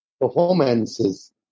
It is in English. performances